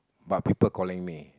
but people calling me